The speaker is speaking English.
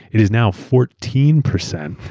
it is now fourteen percent.